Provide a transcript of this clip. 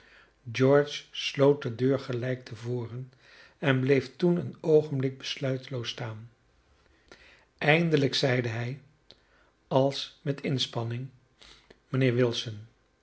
george sloot de deur gelijk te voren en bleef toen een oogenblik besluitloos staan eindelijk zeide hij als met inspanning mijnheer wilson